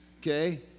okay